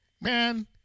Man